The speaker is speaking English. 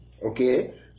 Okay